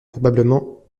probablement